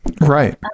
Right